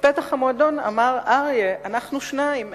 ובפתח המועדון אמר אריה: אנחנו שניים.